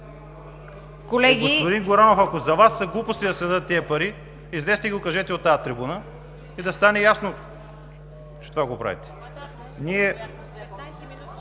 БОЙЧЕВ: Господин Горанов, ако за Вас са глупости да се дадат тези пари, излезте и го кажете от тази трибуна и да стане ясно, че това правите.